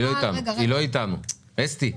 אסתי,